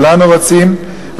כולנו רוצים,